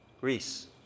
Greece